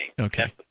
Okay